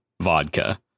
vodka